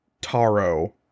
taro